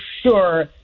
sure